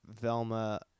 Velma